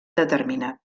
determinat